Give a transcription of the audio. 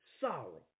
sorrow